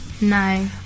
no